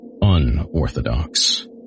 unorthodox